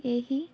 ଏହି